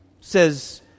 says